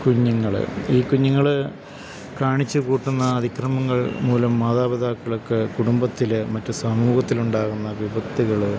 കുഞ്ഞുങ്ങൾ ഈ കുഞ്ഞുങ്ങൾ കാണിച്ച് കൂട്ടുന്ന അതിക്രമങ്ങൾ മൂലം മാതാപിതാക്കൾക്ക് കുടുംബത്തില് മറ്റ് സമൂഹത്തിലുണ്ടാകുന്ന വിപത്തുകൾ